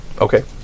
Okay